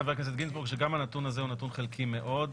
חבר הכנסת גינזבורג שגם הנתון הזה הוא נתון חלקי מאוד,